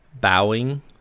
bowing